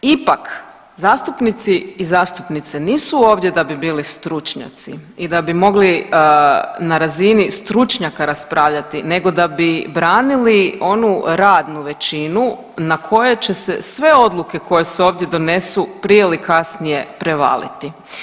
Ipak zastupnici i zastupnice nisu ovdje da bi bili stručnjaci i da bi mogli na razini stručnjaka raspravljati, nego da bi branili onu radnu većinu na kojoj će se sve odluke koje se ovdje donesu prije ili kasnije prevaliti.